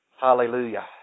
Hallelujah